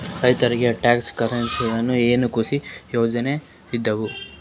ರೈತರಿಗೆ ಟ್ರಾಕ್ಟರ್ ಖರೀದಿಸಲಿಕ್ಕ ಏನರ ವಿಶೇಷ ಯೋಜನೆ ಇದಾವ?